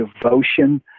devotion